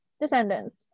Descendants